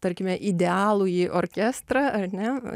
tarkime idealųjį orkestrą ar ne